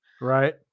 Right